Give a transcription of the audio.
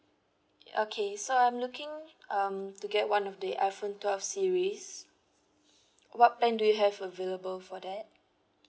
okay so I'm looking um to get one of the iphone twelve series what plan do you have available for that